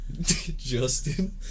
Justin